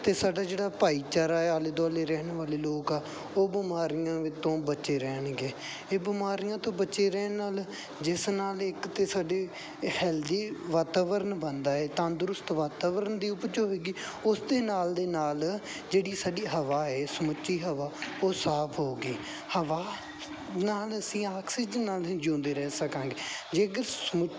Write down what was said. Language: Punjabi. ਅਤੇ ਸਾਡਾ ਜਿਹੜਾ ਭਾਈਚਾਰਾ ਆਲੇ ਦੁਆਲੇ ਰਹਿਣ ਵਾਲੇ ਲੋਕ ਆ ਉਹ ਬਿਮਾਰੀਆਂ ਤੋਂ ਬਚੇ ਰਹਿਣਗੇ ਜੇ ਬਿਮਾਰੀਆਂ ਤੋਂ ਬਚੇ ਰਹਿਣ ਨਾਲ ਜਿਸ ਨਾਲ ਇੱਕ ਤਾਂ ਸਾਡੇ ਹੈਲਥੀ ਵਾਤਾਵਰਨ ਬਣਦਾ ਹੈ ਤੰਦਰੁਸਤ ਵਾਤਵਰਨ ਦੀ ਉਪਜ ਹੋਵੇਗੀ ਉਸਦੇ ਨਾਲ ਦੇ ਨਾਲ ਜਿਹੜੀ ਸਾਡੀ ਹਵਾ ਹੈ ਸਮੁੱਚੀ ਹਵਾ ਉਹ ਸਾਫ਼ ਹੋਊਗੀ ਹਵਾ ਨਾਲ ਅਸੀਂ ਆਕਸੀਜਨ ਨਾਲ ਅਸੀਂ ਜਿਉਂਦੇ ਰਹਿ ਸਕਾਂਗੇ ਜੇਕਰ ਸਮੁ